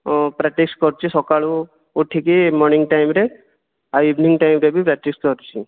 ହଁ ପ୍ରାକ୍ଟିସ୍ କରୁଛି ସକାଳୁ ଉଠିକି ମର୍ଣ୍ଣିଂ ଟାଇମ୍ରେ ଆଉ ଇଭନିଂ ଟାଇମ୍ରେ ବି ପ୍ରାକ୍ଟିସ୍ କରୁଛି